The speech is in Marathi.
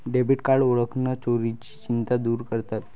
डेबिट कार्ड ओळख चोरीची चिंता दूर करतात